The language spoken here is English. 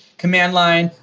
command line.